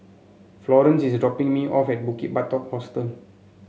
Florance is dropping me off at Bukit Batok Hostel